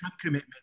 commitment